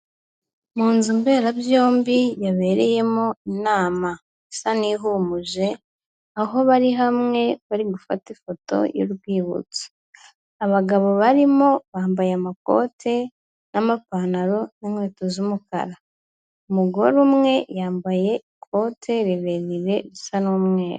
Munzu mberabyombi yabereyemo inama isa n'ihumuje aho bari hamwe bari gufata ifoto y'urwibutso, abagabo barimo bambaye amakote n'amapantaro n'inkweto z'umukara, umugore umwe yambaye ikote rirerire risa n'umweru.